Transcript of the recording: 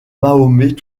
mahomet